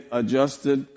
adjusted